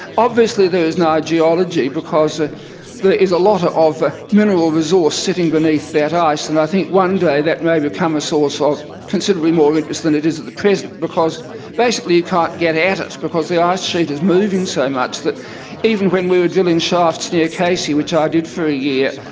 obviously there is now geology because ah there is a lot of of ah mineral resource sitting beneath that ice, and i think one day that may become a source of considerably more interest than it is at the present, because basically you can't get at it because the ice sheet is moving so much that even when we were drilling shafts near casey, which i did for a year,